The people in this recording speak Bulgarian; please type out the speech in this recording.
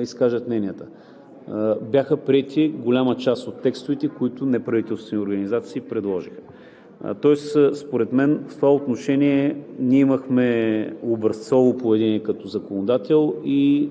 изкажат мненията, бяха приети голяма част от текстовете, които неправителствените организации предложиха. Тоест според мен в това отношение ние имахме образцово поведение като законодател и